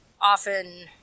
often